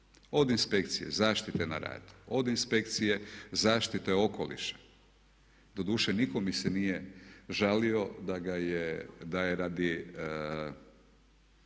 od inspekcije Zaštite na radu, od inspekcije Zaštite okoliša. Doduše, nitko mi se nije žalio da ga